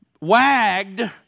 wagged